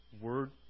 word